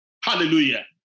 Hallelujah